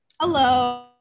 Hello